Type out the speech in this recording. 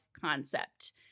concept